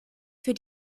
für